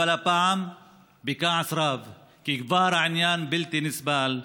אבל הפעם בכעס רב, כי העניין כבר בלתי נסבל,